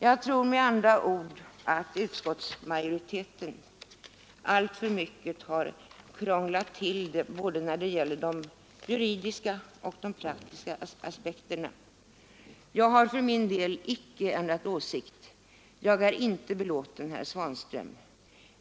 Jag tror därför att utskottsmajoriteten alltför mycket krånglat till det hela när det gäller både de juridiska och de praktiska aspekterna. Jag har för min del icke ändrat åsikt — jag är inte belåten, herr Svanström.